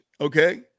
Okay